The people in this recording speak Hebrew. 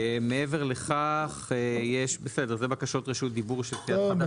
מעבר לכך יש בקשות רשות דיבור --- עליהם.